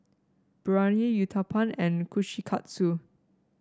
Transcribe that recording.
Biryani Uthapam and Kushikatsu